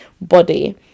body